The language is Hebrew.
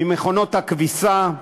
ממכונות הכביסה,